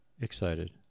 excited